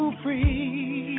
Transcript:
free